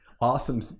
awesome